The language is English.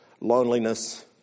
loneliness